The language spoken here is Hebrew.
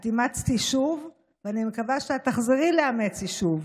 את אימצת יישוב, ואני מקווה שתחזרי לאמץ יישוב.